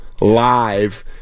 live